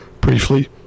briefly